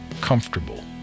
comfortable